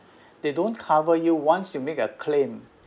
they don't cover you once you make a claim